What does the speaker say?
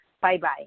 Bye-bye